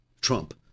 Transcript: Trump